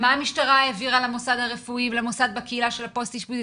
מה המשטרה העבירה למוסד הרפואי ולמוסד בקהילה של הפוסט אשפוזית?